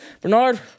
Bernard